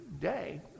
day